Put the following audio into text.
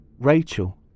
Rachel